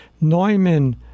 Neumann